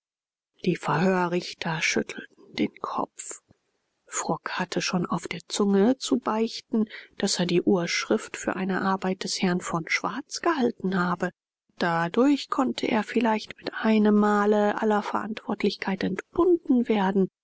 die verhörrichter schüttelten den kopf frock hatte schon auf der zunge zu beichten daß er die urschrift für eine arbeit des herrn von schwarz gehalten habe dadurch konnte er vielleicht mit einem male aller verantwortlichkeit entbunden werden